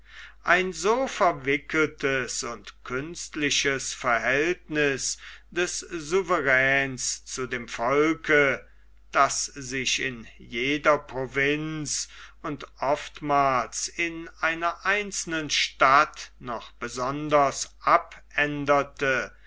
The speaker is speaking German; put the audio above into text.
ein so verwickeltes und künstliches verhältniß des souveräns zu dem volke das sich in jeder provinz und oftmals in einer einzelnen stadt noch besonders abänderte